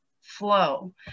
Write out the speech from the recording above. flow